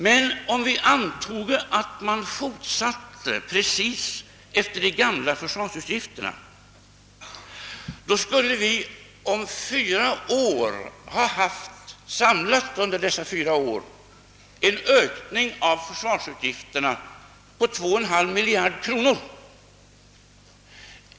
Men om man fortsatte att ge anslag till försvaret på grundval av de gamla försvarsöverenskommelserna skulle vi om fyra år ha fått — samlade under dessa fyra år — en ökning av försvarsutgifterna på 2,5 miljarder kronor.